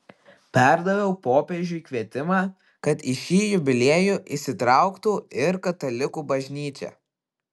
perdaviau popiežiui kvietimą kad į šį jubiliejų įsitrauktų ir katalikų bažnyčia